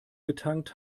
getankt